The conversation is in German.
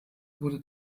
wurde